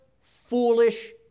foolish